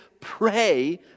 pray